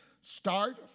start